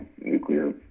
nuclear